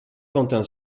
quentin